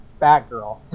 Batgirl